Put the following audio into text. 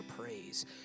praise